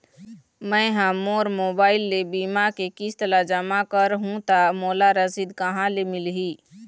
मैं हा मोर मोबाइल ले बीमा के किस्त ला जमा कर हु ता मोला रसीद कहां ले मिल ही?